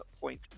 point